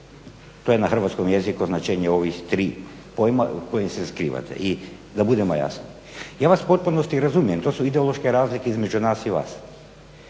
to je na hrvatskom jeziku značenje ovih tri pojma u kojima se skrivate. I da budemo jasni. Ja vas u potpunosti razumijem, to su ideološke razlike između nas i vas.